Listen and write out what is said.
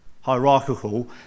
hierarchical